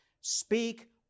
speak